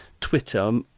Twitter